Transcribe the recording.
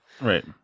Right